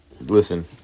listen